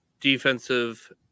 defensive